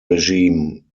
regime